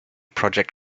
project